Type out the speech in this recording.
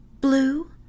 blue